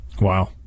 Wow